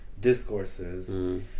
discourses